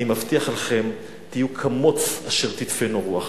אני מבטיח לכם, תהיו כמוץ אשר תדפנו רוח.